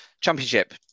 Championship